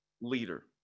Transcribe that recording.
leader